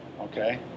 okay